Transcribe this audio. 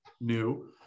new